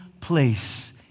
place